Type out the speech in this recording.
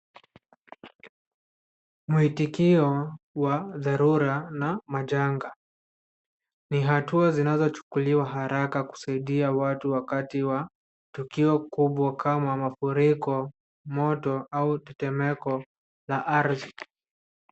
Mwitikio wa dharura na majanga ni hatua zinazochukuliwa haraka kusaidia watu wakati wa tukio kubwa kama mafuriko, moto au tetemeko la ardhi.